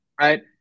right